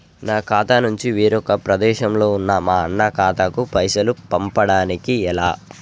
నా ఖాతా నుంచి వేరొక ప్రదేశంలో ఉన్న మా అన్న ఖాతాకు పైసలు పంపడానికి ఎలా?